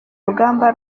rugamba